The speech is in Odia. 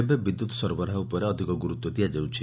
ଏବେ ବିଦ୍ୟତ୍ ସରବରାହ ଉପରେ ଅଧିକ ଗୁରୁତ୍ ଦିଆଯାଉଛି